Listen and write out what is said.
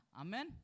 Amen